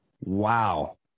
Wow